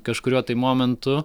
kažkuriuo tai momentu